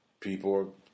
People